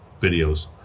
videos